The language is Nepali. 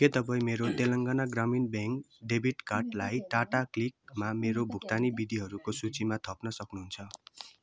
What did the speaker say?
के तपाईँ मेरो तेलङ्गाना ग्रामीण ब्याङ्क डेबिट कार्डलाई टाटा क्लिकमा मेरो भुक्तानी विधिहरूको सूचीमा थप्न सक्नुहुन्छ